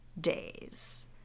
days